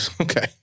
Okay